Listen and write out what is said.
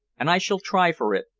and i shall try for it.